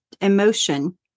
emotion